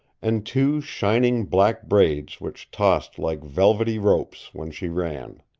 and two shining black braids which tossed like velvety ropes when she ran.